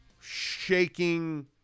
shaking